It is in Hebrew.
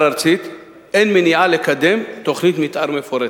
ארצית אין מניעה לקדם תוכנית מיתאר מפורטת.